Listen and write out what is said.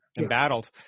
embattled